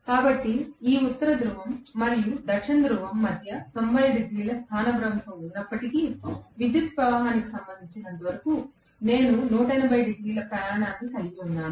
కాబట్టి ఈ ఉత్తర ధ్రువం మరియు దక్షిణ ధృవం మధ్య 90 డిగ్రీల స్థానభ్రంశం ఉన్నప్పటికీ విద్యుత్ ప్రవాహానికి సంబంధించినంతవరకు నేను 180 డిగ్రీల ప్రయాణాన్ని కలిగి ఉన్నాను